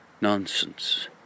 Nonsense